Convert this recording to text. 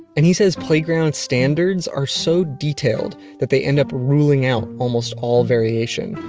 and he says playground standards are so detailed that they end up ruling out almost all variation.